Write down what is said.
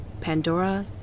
Pandora